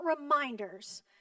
reminders